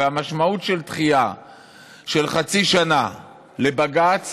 והמשמעות של דחייה של חצי שנה בבג"ץ